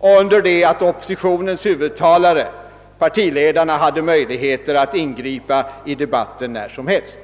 under det att oppositionens huvudtalare — partiledarna — hade mnöjligheten att ingripa i debatten när som helst.